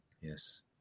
Yes